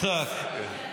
יצחק,